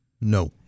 No